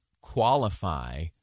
qualify